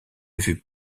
vue